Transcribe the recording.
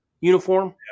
uniform